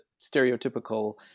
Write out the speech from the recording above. stereotypical